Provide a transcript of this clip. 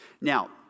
now